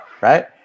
right